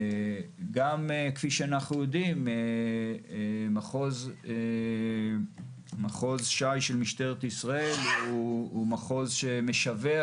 גם כפי שאנחנו יודעים מחוז ש"י של משטרת ישראל הוא מחוז שמשווע